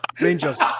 Rangers